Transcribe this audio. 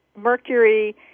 mercury